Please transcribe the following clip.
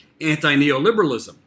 anti-neoliberalism